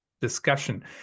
discussion